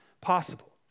possible